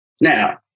Now